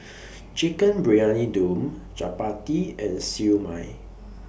Chicken Briyani Dum Chappati and Siew Mai